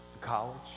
college